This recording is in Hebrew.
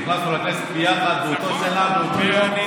נכנסנו לכנסת ביחד באותו זמן,